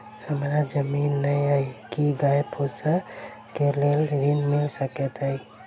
हमरा जमीन नै अई की गाय पोसअ केँ लेल ऋण मिल सकैत अई?